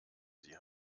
sie